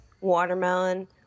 Watermelon